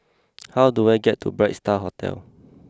how do I get to Bright Star Hotel